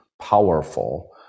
powerful